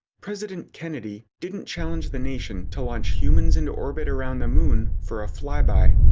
president kennedy didn't challenge the nation to launch humans into orbit around the moon for a flyby.